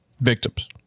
victims